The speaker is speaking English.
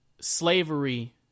slavery